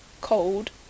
cold